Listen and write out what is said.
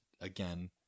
again